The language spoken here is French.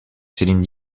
céline